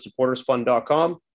supportersfund.com